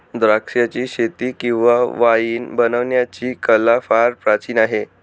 द्राक्षाचीशेती किंवा वाईन बनवण्याची कला फार प्राचीन आहे